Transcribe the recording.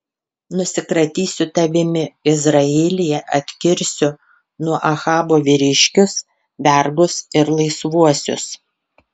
nusikratysiu tavimi izraelyje atkirsiu nuo ahabo vyriškius vergus ir laisvuosius